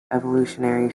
evolutionary